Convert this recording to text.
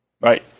Right